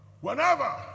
whenever